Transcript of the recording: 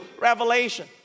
Revelation